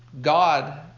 God